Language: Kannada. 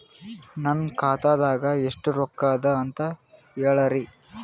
ನನ್ನ ಖಾತಾದಾಗ ಎಷ್ಟ ರೊಕ್ಕ ಅದ ಅಂತ ಹೇಳರಿ?